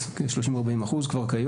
כ-30% 40% כבר כיום.